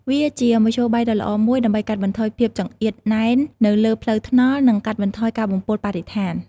វាជាមធ្យោបាយដ៏ល្អមួយដើម្បីកាត់បន្ថយភាពចង្អៀតណែននៅលើផ្លូវថ្នល់ និងកាត់បន្ថយការបំពុលបរិស្ថាន។